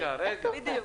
בדיוק.